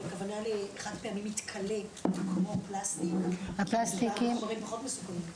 הכוונה לחד פעמי מתכלה כמו פלסטיק שגם נחשבים פחות מסוכנים.